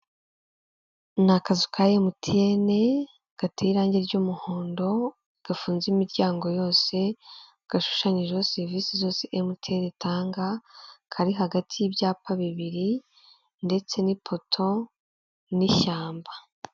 Ni akazu ka emutiyene kateye irangi ry'umuhondo gafunze imiryango yose gashushanyijeho serivisi zose emutiyene itanga kari hagati y'ibyapa bibiri ndetse nipoto n'ishyamba.